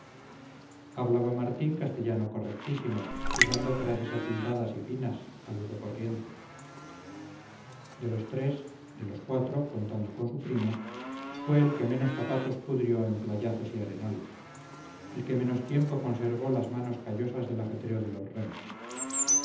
hablaba martín castellano correctísimo usando frases atildadas y finas al uso corriente de los tres de los cuatro contando con su primo fue el que menos zapatos pudrió en playazos y arenales el que menos tiempo conservó las manos callosas del ajetreo de los remos